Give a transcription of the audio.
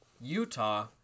Utah